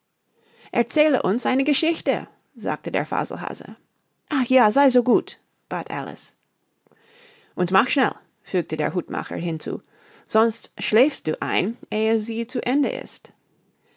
erzähle uns eine geschichte sagte der faselhase ach ja sei so gut bat alice und mach schnell fügte der hutmacher hinzu sonst schläfst du ein ehe sie zu ende ist